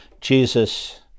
Jesus